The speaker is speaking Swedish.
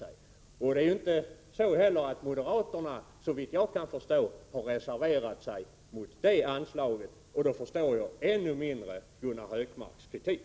Såvitt jag kan förstå har inte moderaterna reserverat sig mot det anslaget, och då förstår jag ännu mindre Gunnar Hökmarks kritik.